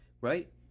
Right